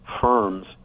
firms